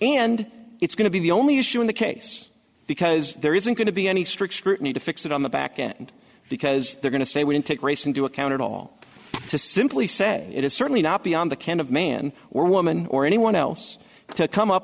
and it's going to be the only issue in the case because there isn't going to be any strict scrutiny to fix it on the back end because they're going to say we don't take race into account at all to simply say it is certainly not beyond the ken of man or woman or anyone else to come up